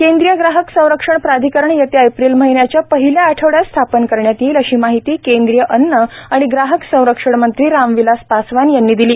केंद्रीय ग्राहक संरक्षण प्राधिकरण येत्या एप्रिल महिन्याच्या पहिल्या आठवडयात स्थापन करण्यात येईल अशी माहिती केंद्रीय अन्न आणि ग्राहक संरक्षण मंत्री रामविलास पासवान यांनी दिली